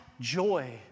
joy